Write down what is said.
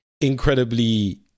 incredibly